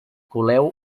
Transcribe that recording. coleu